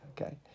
Okay